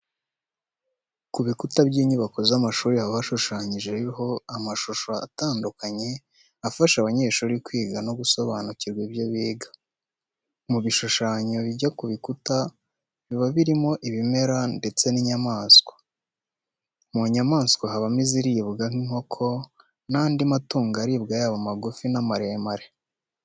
Ku bikuta by'inyubako z'amashuri haba hashushanyijeho amashusho atandukanye afasha abanyeshuri kwiga no gusobanukirwa ibyo biga. Mu bishushanyo bijya ku bikuta biba birimo ibimera ndetse n'inyamaswa. Mu nyamaswa habamo iziribwa nk'inkoko ndetse n'andi matungo aribwa yaba amagufi n'amaremare.